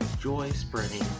joy-spreading